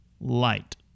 light